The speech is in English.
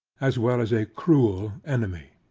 as well, as a cruel enemy.